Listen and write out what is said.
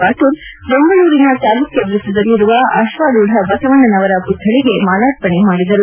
ಪಾಟೀಲ್ ಬೆಂಗಳೂರಿನ ಚಾಲುಕ್ಕ ವೃತ್ತದಲ್ಲಿರುವ ಅಶ್ವಾರೂಢ ಬಸವಣ್ಣನವರ ಮತ್ವಳಿಗೆ ಮಾಲಾರ್ಪಣೆ ಮಾಡಿದರು